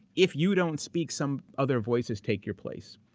if you don't speak some other voices, take your place.